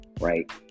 right